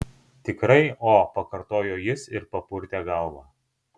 tikrai o pakartojo jis ir papurtė galvą